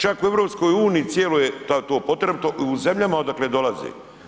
Čak u EU cijeloj je to potrebito u zemljama odakle dolaze.